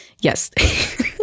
yes